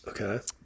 Okay